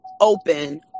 open